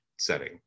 setting